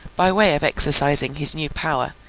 by way of exercising his new power,